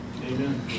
Amen